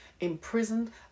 imprisoned